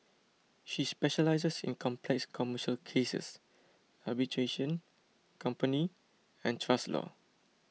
she specialises in complex commercial cases arbitration company and trust law